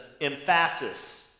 emphasis